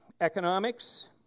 economics